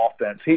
offense